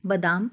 बदाम